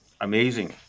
amazing